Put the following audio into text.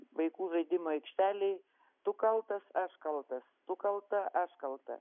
vaikų žaidimų aikštelėj tu kaltas aš kalta tu kalta aš kaltas